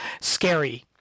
scary